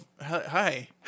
Hi